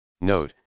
Note